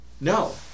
No